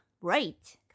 Right